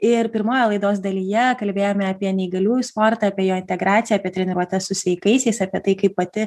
ir pirmoje laidos dalyje kalbėjome apie neįgaliųjų sportą apie jo integraciją apie treniruotes su sveikaisiais apie tai kaip pati